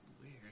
weird